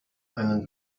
einen